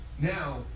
Now